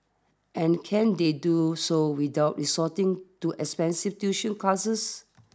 and can they do so without resorting to expensive tuition classes